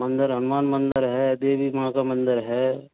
मंदिर हनुमान मंदिर है देवी माँ का मंदिर है